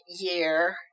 year